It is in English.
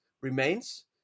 remains